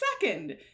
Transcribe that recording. second